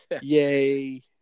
Yay